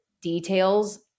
details